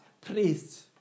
Priests